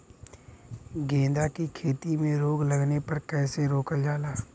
गेंदा की खेती में रोग लगने पर कैसे रोकल जाला?